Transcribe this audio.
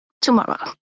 tomorrow